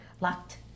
Locked